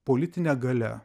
politine galia